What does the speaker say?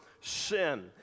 sin